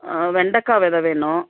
வெண்டக்காய் விதை வேணும்